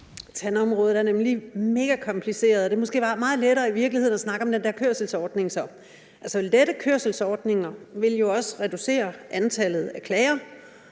Tandområdet er nemlig megakompliceret, og det ville måske så i virkeligheden være meget lettere at snakke om den der kørselsordning. Altså, det at lette kørselsordningerne vil jo også reducere antallet af klager,